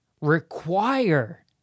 require